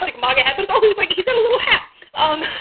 like loggerhead. it's also like he's got a little hat on.